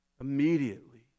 immediately